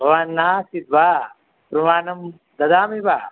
भवान् नासीद्वा प्रमाणं ददामि वा